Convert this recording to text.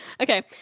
Okay